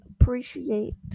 appreciate